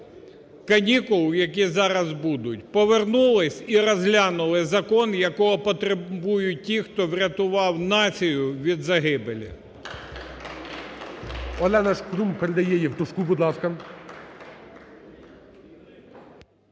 канікул, як зараз будуть, повернулись і розглянули закон, якого потребують ті, хто врятував націю від загибелі.